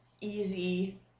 easy